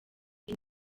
iyi